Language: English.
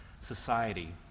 society